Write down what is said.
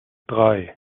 drei